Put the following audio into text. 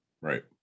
Right